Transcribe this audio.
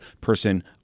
person